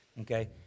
Okay